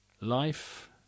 Life